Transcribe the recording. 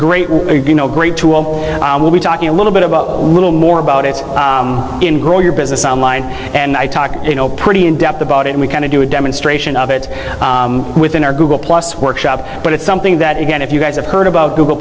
know great tool we'll be talking a little bit about a little more about it in grow your business online and i talk you know pretty in depth about it and we kind of do a demonstration of it within our google plus workshop but it's something that again if you guys have heard about google